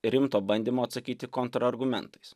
rimto bandymo atsakyti kontrargumentais